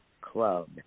club